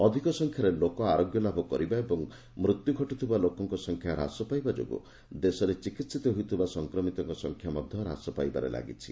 ଅଧିକ ସଂଖ୍ୟାରେ ଲୋକମାନେ ଆରୋଗ୍ୟ ଲାଭ କରିବା ଏବଂ ମୃତ୍ୟ ଘଟ୍ରଥିବା ଲୋକମାନଙ୍କ ସଂଖ୍ୟା ହ୍ରାସ ପାଇବା ଯୋଗ୍ରୁଁ ଦେଶରେ ଚିକିିିତ ହେଉଥିବା ସଂକ୍ରମିତଙ୍କ ସଂଖ୍ୟା ମଧ୍ୟ ହ୍ରାସ ପାଇବାରେ ଲାଗିଛି